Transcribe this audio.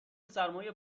سرمای